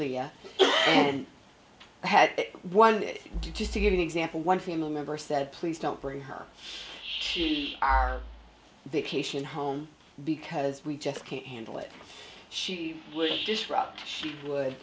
leah and had one just to give an example one family member said please don't bring her our vacation home because we just can't handle it she would